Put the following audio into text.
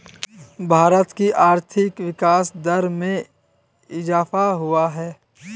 भारत की आर्थिक विकास दर में इजाफ़ा हुआ है